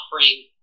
offering